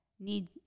need